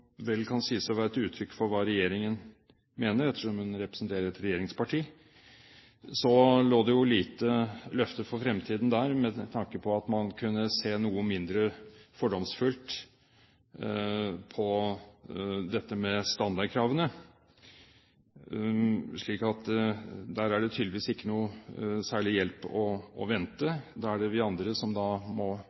vel kan sies å uttrykke hva regjeringen mener, ettersom hun representerer et regjeringsparti – lå det lite løfter for fremtiden der med tanke på at man kunne se noe mindre fordomsfullt på dette med standardkravene. Så der er det tydeligvis ikke noe særlig hjelp å vente. Da er det vi andre som må